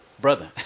brother